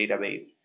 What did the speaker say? database